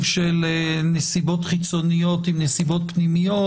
של נסיבות חיצוניות עם נסיבות פנימיות,